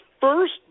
first